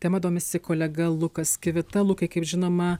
tema domisi kolega lukas kivita lukai kaip žinoma